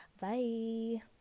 Bye